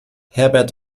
herbert